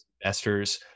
investors